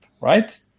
right